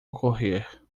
ocorrer